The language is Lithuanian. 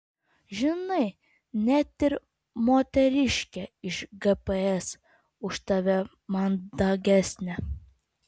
žinai net ir moteriškė iš gps už tave mandagesnė